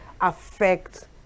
affect